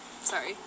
Sorry